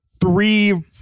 three